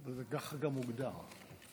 ככה זה גם הוגדר.